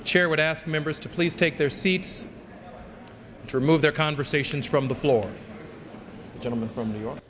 the chair would ask members to please take their seats to remove their conversations from the floor gentlemen from new york